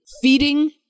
feeding